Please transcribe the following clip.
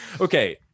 Okay